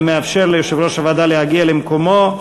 אני מאפשר ליושב-ראש הוועדה להגיע למקומו,